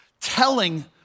telling